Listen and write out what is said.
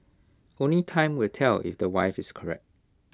only time will tell if the wife is correct